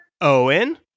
Owen